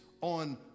on